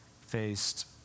Faced